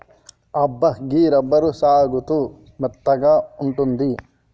అబ్బా గీ రబ్బరు సాగుతూ మెత్తగా ఉంటుంది